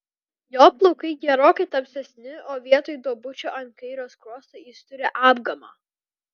jo plaukai gerokai tamsesni o vietoj duobučių ant kairio skruosto jis turi apgamą